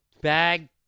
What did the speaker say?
Bag